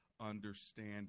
understand